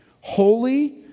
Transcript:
Holy